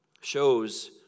shows